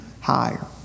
higher